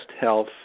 health